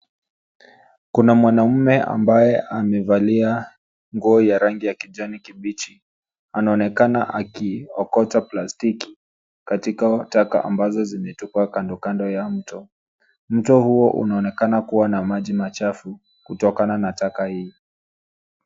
Kuna mwanaume ambaye amevalia nguo ya rangi ya kijani kibichi. Anaonekana akiokota plastiki katika taka ambazo zimetupwa kandokando ya mto. Mto huo unaonekana kuwa na maji machafu kutokana na taka hii.